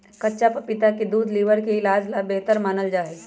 कच्चा पपीता के दूध लीवर के इलाज ला बेहतर मानल जाहई